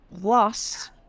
Plus